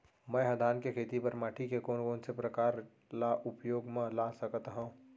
मै ह धान के खेती बर माटी के कोन कोन से प्रकार ला उपयोग मा ला सकत हव?